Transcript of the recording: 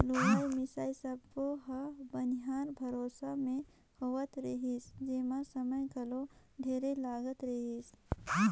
लुवई मिंसई सब्बो हर बनिहार भरोसा मे होवत रिहिस जेम्हा समय घलो ढेरे लागत रहीस